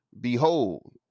Behold